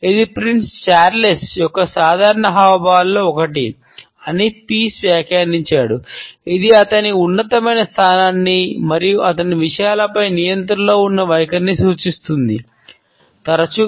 ఇది Prince Charles చూస్తాము